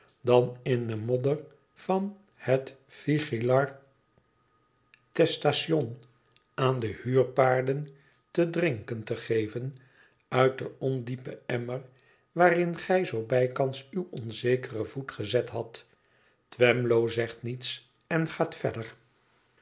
dan in de modder van het vigilartesstation aan de huurpaarden te drinkeo te geven uit den ondiepen emmer waarin gij zoo bijkans uw onzekeren voet gezet hadt twemlow zegt niets en gaat verder